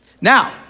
Now